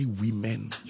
women